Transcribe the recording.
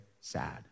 sad